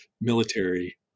military